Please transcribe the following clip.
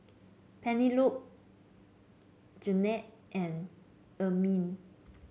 Penelope Garnett and Ermine